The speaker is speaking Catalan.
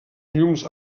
llums